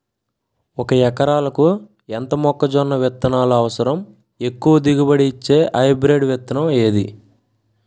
ఒక ఎకరాలకు ఎంత మొక్కజొన్న విత్తనాలు అవసరం? ఎక్కువ దిగుబడి ఇచ్చే హైబ్రిడ్ విత్తనం ఏది?